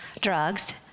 Drugs